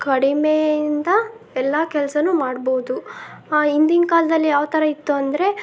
ಕಡಿಮೆಯಿಂದ ಎಲ್ಲ ಕೆಲಸವೂ ಮಾಡ್ಬೋದು ಹಿಂದಿನ ಕಾಲದಲ್ಲಿ ಯಾವ ಥರ ಇತ್ತು ಅಂದರೆ